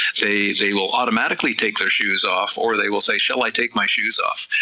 they they will automatically take their shoes off, or they will say shall i take my shoes off?